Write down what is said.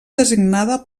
designada